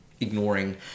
ignoring